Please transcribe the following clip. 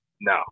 no